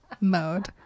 mode